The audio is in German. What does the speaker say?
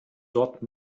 dort